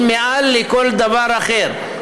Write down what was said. הוא מעל לכל דבר אחר,